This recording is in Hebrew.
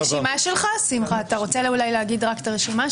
שמחה, אתה רוצה אולי להגיד רק את הרשימה?